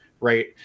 right